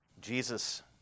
Jesus